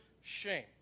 shame